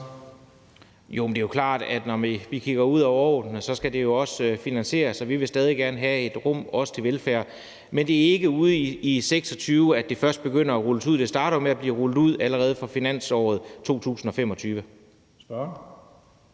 (S): Det er jo klart, at når vi kigger ud over årene, skal det jo også finansieres, og vi vil stadig gerne have et rum også til velfærd, men det er ikke ude i 2026, det først begynder at blive rullet ud. Det starter jo med at blive rullet ud allerede fra finansåret 2025.